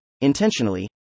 intentionally